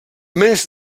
més